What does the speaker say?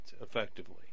effectively